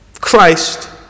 Christ